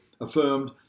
affirmed